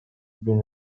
been